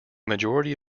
majority